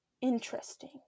Interesting